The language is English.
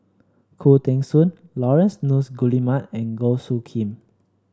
Khoo Teng Soon Laurence Nunns Guillemard and Goh Soo Khim